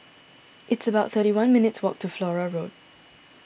it's about thirty one minutes' walk to Flora Road